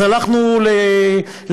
אז הלכנו לסיעודי,